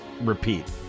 repeat